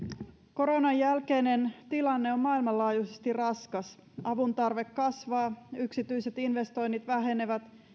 koronan jälkeinen tilanne on maailmanlaajuisesti raskas avuntarve kasvaa yksityiset investoinnit vähenevät ja